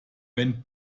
wenn